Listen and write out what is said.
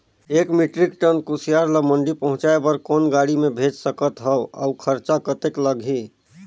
एक metric tonne कुसियार ल मंडी पहुंचाय बर कौन गाड़ी मे भेज सकत हव अउ खरचा कतेक लगही?